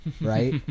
right